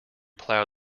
plough